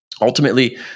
ultimately